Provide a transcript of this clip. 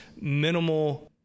minimal